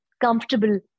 comfortable